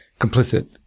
complicit